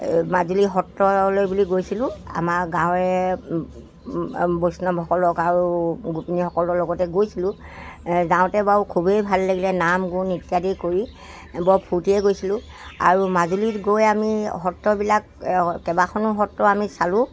মাজুলী সত্ৰলৈ বুলি গৈছিলোঁ আমাৰ গাঁৱৰে বৈষ্ণৱসকলক আৰু গোপনীসকলৰ লগতে গৈছিলোঁ যাওঁতে বাৰু খুবেই ভাল লাগিলে নাম গুণ ইত্যাদি কৰি বৰ ফূৰ্তিয়ে গৈছিলোঁ আৰু মাজুলীত গৈ আমি সত্ৰবিলাক কেইবাখনো সত্ৰ আমি চালোঁ